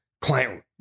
client